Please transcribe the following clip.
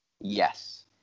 Yes